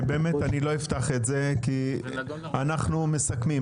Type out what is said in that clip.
לא אפתח את זה כי אנחנו מסכמים.